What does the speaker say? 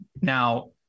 Now